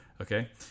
Okay